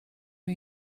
are